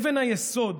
אבן היסוד